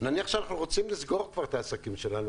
שאנחנו רוצים לסגור את העסקים שלנו,